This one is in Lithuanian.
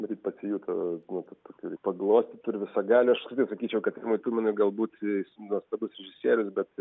ir jis pasijuto nu tuo tokiu paglostytu ir visagaliu aš apskritai sakyčiau kad rimui tuminui galbūt jis nuostabus režisierius bet